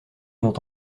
ont